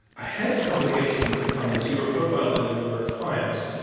ahead of publication on this, you were profiled in the new york times.